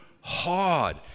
hard